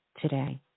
today